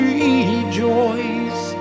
rejoice